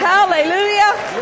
Hallelujah